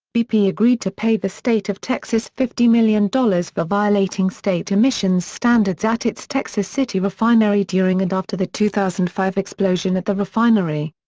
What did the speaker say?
bp agreed to pay the state of texas fifty million dollars for violating state emissions standards at its texas city refinery during and after the two thousand and five explosion at the refinery.